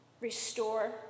restore